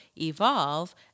evolve